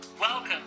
Welcome